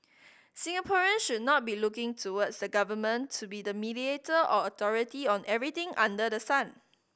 Singaporeans should not be looking towards the government to be the mediator or authority on everything under the sun